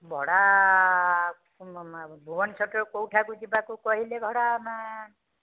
ଭଡା ଭୁବନେଶ୍ୱରଠାରୁ କେଉଁଠାକୁ ଯିବାକୁ କହିଲେ ଭଡ଼ା ଆମେ